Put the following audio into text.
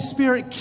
Spirit